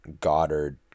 goddard